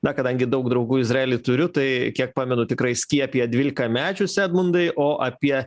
na kadangi daug draugų izraely turiu tai kiek pamenu tikrai skiepija dvylikamečius edmundai o apie